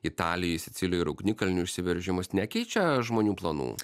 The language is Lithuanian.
italijoj sicilijoj ir ugnikalnių išsiveržimus nekeičia žmonių planų